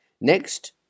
next